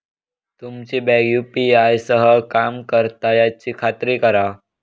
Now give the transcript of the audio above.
तुमची bank UPI सह काम करता याची खात्री करा